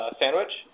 sandwich